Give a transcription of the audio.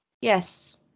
Yes